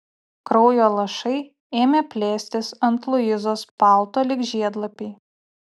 kraujo lašai ėmė plėstis ant luizos palto lyg žiedlapiai